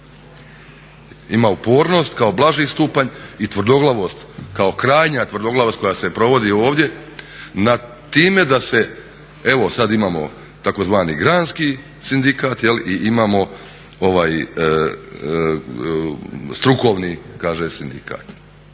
Ima upornost kao blaži stupanj i tvrdoglavost kao krajnja tvrdoglavost koja se provodi ovdje nad time da se, evo sad imao tzv. granski sindikat i imamo ovaj strukovni sindikat.